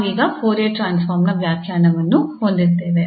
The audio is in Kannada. ನಾವು ಈಗ ಫೋರಿಯರ್ ಟ್ರಾನ್ಸ್ಫಾರ್ಮ್ ನ ಈ ವ್ಯಾಖ್ಯಾನವನ್ನು ಹೊಂದಿದ್ದೇವೆ